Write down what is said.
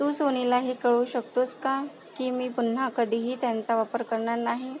तू सोनीला हे कळवू शकतोस का की मी पुन्हा कधीही त्यांचा वापर करणार नाही